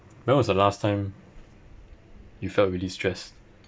when was the last time you felt really stressed